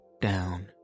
down